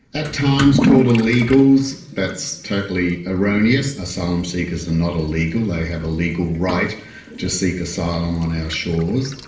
at times called illegals, that's totally erroneous, asylum seekers are not illegal, they have a legal right to seek asylum on our shores.